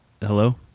Hello